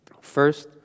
First